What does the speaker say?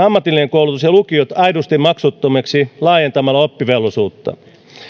ammatillinen koulutus ja lukiot aidosti maksuttomiksi laajentamalla oppivelvollisuutta